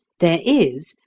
there is,